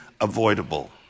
avoidable